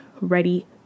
ready